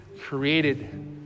created